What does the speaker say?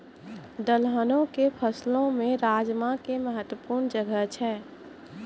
दलहनो के फसलो मे राजमा के महत्वपूर्ण जगह छै